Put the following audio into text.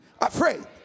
afraid